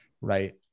right